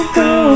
go